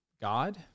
God